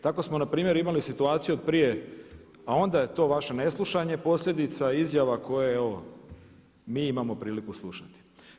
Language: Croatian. Tako smo npr. imali situaciju od prije, a onda je to vaše neslušanje posljedica izjava koje evo mi imamo priliku slušati.